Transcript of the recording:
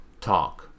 talk